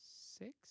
Six